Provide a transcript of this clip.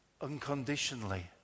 unconditionally